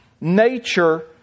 nature